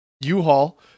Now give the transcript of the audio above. U-Haul